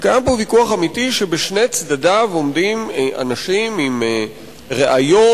שבשני צדדיו עומדים אנשים עם ראיות,